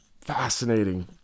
fascinating